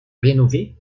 rénovée